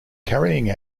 carrying